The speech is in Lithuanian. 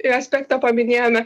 i aspektą paminėjome